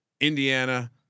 Indiana